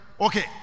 Okay